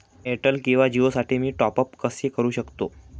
Airtel किंवा जिओसाठी मी टॉप ॲप कसे करु शकतो?